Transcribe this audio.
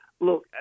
look